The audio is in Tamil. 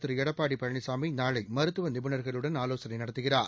திருஎடப்பாடி பழனிசாமி நாளை மருத்துவ நிபுணர்களுடன் ஆலோசனை நடத்துகிறார்